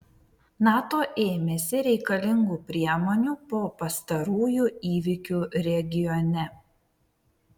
nato ėmėsi reikalingų priemonių po pastarųjų įvykių regione